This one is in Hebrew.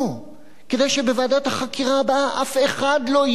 כדי שבוועדת החקירה הבאה אף אחד לא יהיה אחראי.